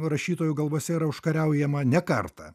rašytojų galvose yra užkariaujama ne kartą